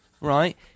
right